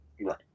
Right